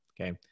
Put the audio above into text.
Okay